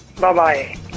Bye-bye